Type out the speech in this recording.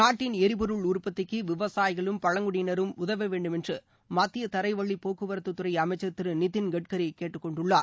நாட்டின் எரிப்பொருள் உற்பத்திக்கு விவசாயிகளும் பழங்குடியினரும் உதவ வேண்டுமென்று மத்திய தரைவழிப் போக்குவரத்துத் துறை அமைச்சர் திரு நித்தின் கட்கரி கேட்டுக்கொண்டுள்ளார்